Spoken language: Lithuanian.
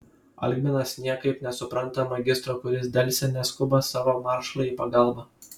algminas niekaip nesupranta magistro kuris delsia neskuba savo maršalui į pagalbą